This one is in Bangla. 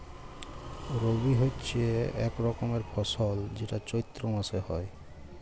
রবি হচ্যে এক রকমের ফসল যেইটা চৈত্র মাসে হ্যয়